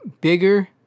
bigger